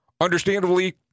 Understandably